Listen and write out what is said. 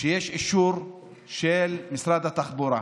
שיש אישור של משרד התחבורה.